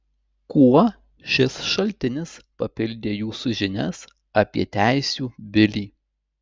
kuo šis šaltinis papildė jūsų žinias apie teisių bilį